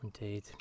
Indeed